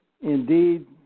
indeed